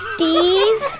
Steve